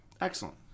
Excellent